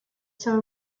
some